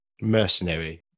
mercenary